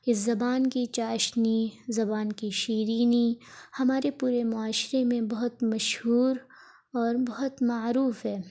اس زبان کی چاشنی زبان كی شیرینی ہمارے پورے معاشرے میں بہت مشہور اور بہت معروف ہے